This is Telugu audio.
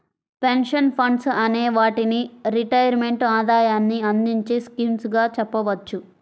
పెన్షన్ ఫండ్స్ అనే వాటిని రిటైర్మెంట్ ఆదాయాన్ని అందించే స్కీమ్స్ గా చెప్పవచ్చు